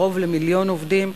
קרוב למיליון עובדים.